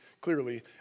clearly